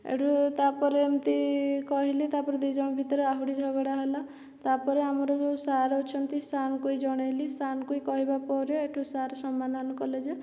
ହେଟୁ ତାପରେ ଏମିତି କହିଲି ତାପରେ ଦି ଜଣ ଭିତରେ ଆହୁରି ଝଗଡ଼ା ହେଲା ତାପରେ ଆମର ଯେଉଁ ସାର୍ ଅଛନ୍ତି ସାର୍ଙ୍କୁ ହିଁ ଜଣେଇଲି ସାର୍ ହିଁ କହିବା ପରେ ହେଟୁ ସାର୍ ସମାଧାନ କଲେ ଯେ